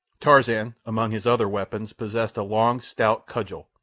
tarzan, among his other weapons, possessed a long, stout cudgel,